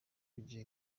bugira